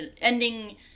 ending